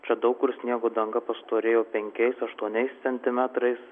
čia daug kur sniego danga pastorėjo penkiais aštuoniais centimetrais